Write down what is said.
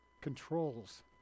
controls